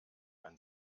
ein